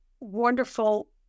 wonderful